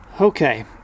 Okay